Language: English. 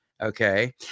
okay